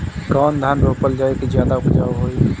कौन धान रोपल जाई कि ज्यादा उपजाव होई?